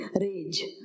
rage